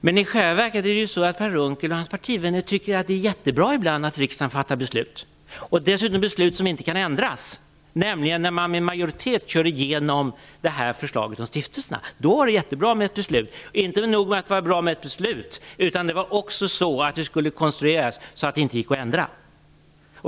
Men i själva verket är det ju så att Per Unckel och hans partivänner tycker att det ibland är jättebra att riksdagen fattar beslut, och dessutom beslut som inte kan ändras, nämligen som när man med majoritet drev igenom förslaget om de här stiftelserna. Då var det jättebra med ett beslut. Inte nog med att det var bra med ett beslut; det skulle också konstrueras så att det inte gick att ändra.